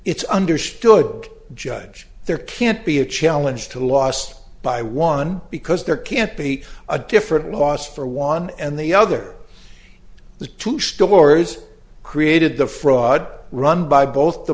it's understood judge there can't be a challenge to lost by one because there can't be a different loss for one and the other the two stories created the fraud run by both the